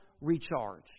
recharge